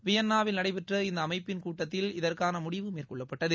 வியன்னாவில் நடைபெற்ற இந்த அமைப்பின் கூட்டத்தில் இதற்கான முடிவு மேற்கொள்ளப்பட்டது